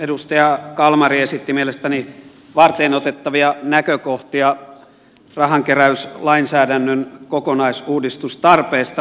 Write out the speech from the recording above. edustaja kalmari esitti mielestäni varteenotettavia näkökohtia rahan keräyslainsäädännön kokonaisuudistustarpeesta